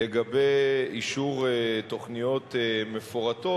לגבי אישור תוכניות מפורטות.